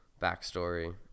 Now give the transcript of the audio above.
backstory